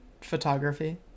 photography